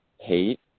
hate